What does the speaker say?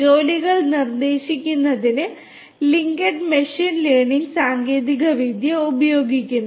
ജോലികൾ നിർദ്ദേശിക്കുന്നതിന് LinkedIn machine learning സാങ്കേതികവിദ്യ ഉപയോഗിക്കുന്നു